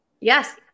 Yes